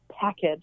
package